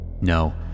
No